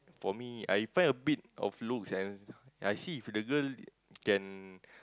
for me I find a bit of looks and I see if the girl can